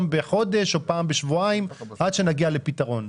בחודש או פעם בשבועיים עד שנגיע לפתרון.